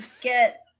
get